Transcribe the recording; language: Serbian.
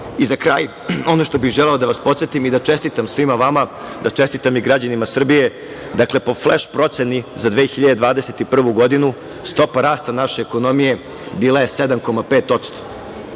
kraj, ono što bih želeo da vas podsetim i da čestitam svima vama, da čestitam i građanima Srbije, dakle, po fleš proceni za 2021. godinu stopa rasta naše ekonomije bila je 7,5%,